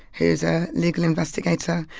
who's a legal investigator.